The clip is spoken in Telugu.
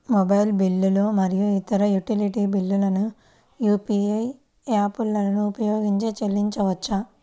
మొబైల్ బిల్లులు మరియు ఇతర యుటిలిటీ బిల్లులను యూ.పీ.ఐ యాప్లను ఉపయోగించి చెల్లించవచ్చు